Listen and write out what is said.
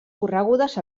corregudes